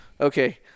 Okay